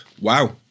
Wow